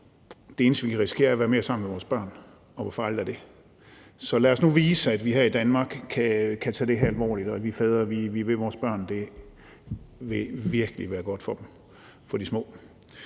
Det eneste, vi kan risikere, er at være mere sammen med vores børn, og hvor farligt er det? Så lad os nu vise, at vi her i Danmark kan tage det her alvorligt, og at vi fædre vil vores børn. Det vil virkelig være godt for de små.